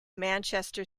manchester